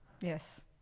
Yes